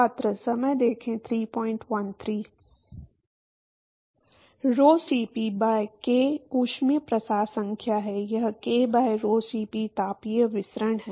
Rho Cp by k ऊष्मीय प्रसार संख्या है यह k by rho Cp तापीय विसरण है